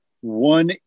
one